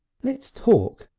let's talk,